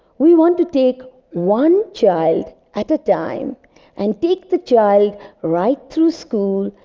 we want to take one child at a time and take the child right through school,